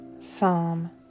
Psalm